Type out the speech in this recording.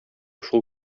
шул